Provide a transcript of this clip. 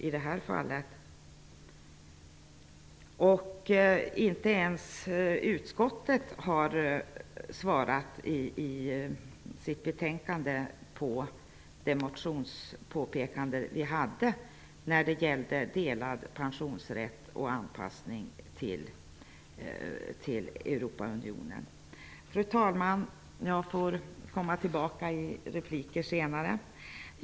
Inte heller har utskottet i sitt betänkande kommenterat våra motionspåpekanden om delad pensionsrätt och anpassning till Europaunionen. Fru talman! Jag får senare komma tillbaka i repliker.